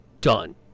done